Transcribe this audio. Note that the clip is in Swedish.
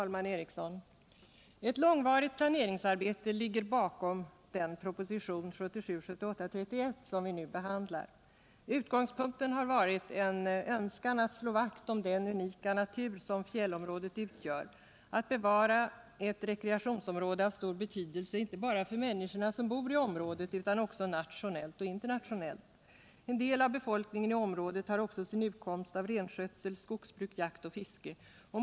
Herr talman! Ett långvarigt planeringsarbete ligger bakom den proposition 1977/78:31 som vi nu behandlar. Utgångspunkten har varit en önskan att slå vakt om den unika natur som fjällområdet utgör, att bevara ett rekreationsområde av stor betydelse inte bara för människorna som bor i området utan också nationellt och internationellt. En del av befolkningen i området har också sin utkomst av renskötsel, skogsbruk, jakt och fiske.